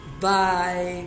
Bye